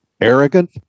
arrogant